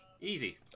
Easy